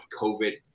COVID